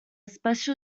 special